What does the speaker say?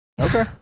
Okay